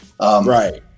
Right